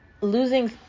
losing